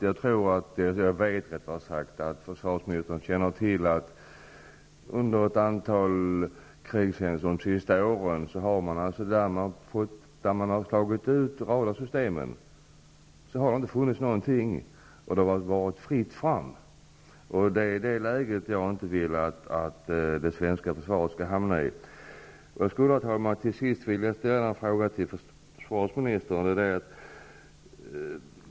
Jag vet att försvarsministern känner till att radarsystemet har slagits ut vid ett antal tillfällen de senaste åren. Då har det inte funnits någonting, och det har varit fritt fram. Det läget vill jag inte att det svenska försvaret skall hamna i. Herr talman! Till sist vill jag ställa en fråga till försvarsministern.